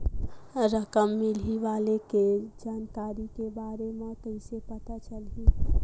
रकम मिलही वाले के जानकारी के बारे मा कइसे पता चलही?